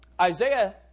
Isaiah